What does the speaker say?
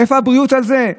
איפה מס הבריאות על זה?